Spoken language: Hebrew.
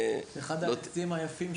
ענבל, מנכ"לית העמותה הישראלית לסרטן העור.